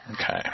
Okay